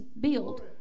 build